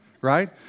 right